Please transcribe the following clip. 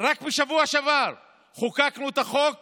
רק בשבוע שעבר חוקקנו את החוק